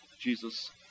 Jesus